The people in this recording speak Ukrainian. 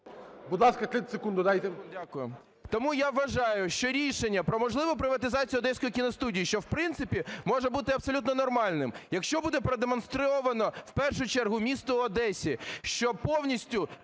Будь ласка, 30 секунд додайте. ГОНЧАРЕНКО О.О. Дякую. Тому, я вважаю, що рішення про можливу приватизацію Одеської кіностудії, що, в принципі, може бути абсолютно нормальним, якщо буде продемонстровано в першу чергу місто Одесі, що повністю